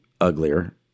uglier